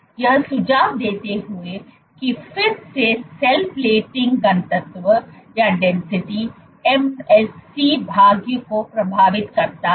तो यह सुझाव देते हुए कि फिर से सेल प्लेटिंग घनत्व MSC भाग्य को प्रभावित करता है